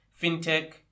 fintech